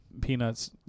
Peanuts